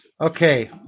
Okay